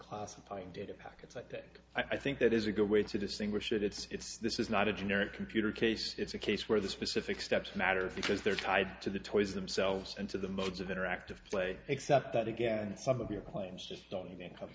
classifying data packets like that i think that is a good way to distinguish it it's this is not a generic computer case it's a case where the specific steps matter because they're tied to the toys themselves and to the modes of interactive play except that again some of your claims just don't